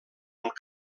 amb